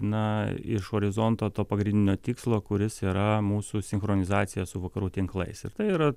na iš horizonto to pagrindinio tikslo kuris yra mūsų sinchronizacija su vakarų tinklais ir tai yra